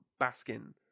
Baskin